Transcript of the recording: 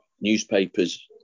newspapers